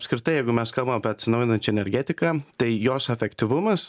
apskritai jeigu mes kalbam apie atsinaujinančią energetiką tai jos efektyvumas